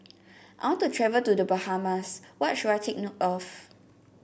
I want to travel to The Bahamas what should I take note of